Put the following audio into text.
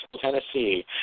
Tennessee